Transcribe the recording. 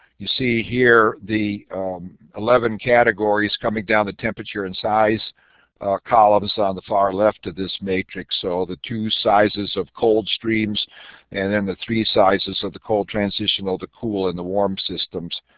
you see here the eleven categories coming down the temperature and size columns on ah the far left of this matrix so the two sizes of cold streams and then the three sizes of the cold transitional to cool in the warm systems,